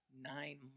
nine